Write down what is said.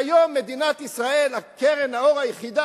היום במדינת ישראל קרן האור היחידה